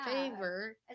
favor